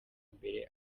imbere